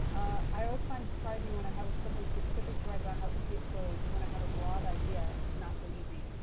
i always find it surprising when i have something specific to write about how easy it flows, but when i have a broad idea it's not so easy.